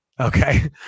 Okay